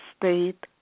state